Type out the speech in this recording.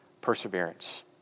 perseverance